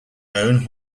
own